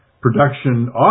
production